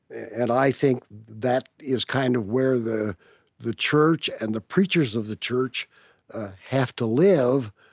and i think that is kind of where the the church and the preachers of the church have to live.